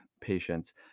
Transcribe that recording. patients